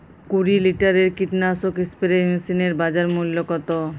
কুরি লিটারের কীটনাশক স্প্রে মেশিনের বাজার মূল্য কতো?